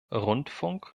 rundfunk